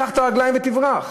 קח את הרגליים ותברח.